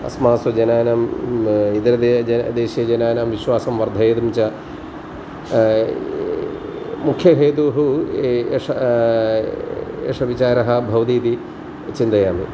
अस्मासु जनानां इतरदेशीयजनानां विश्वासं वर्धयितुं च मुख्यहेतुः एषः एषः विचारः भवति इति चिन्तयामि